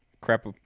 crap